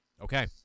Okay